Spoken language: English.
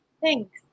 Thanks